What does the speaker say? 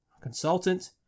consultant